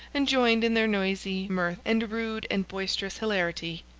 and joined in their noisy mirth and rude and boisterous hilarity.